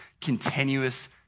continuous